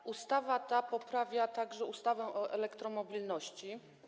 Ta ustawa poprawia także ustawę o elektromobilności.